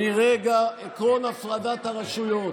עקרון הפרדת הרשויות,